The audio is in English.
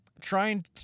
trying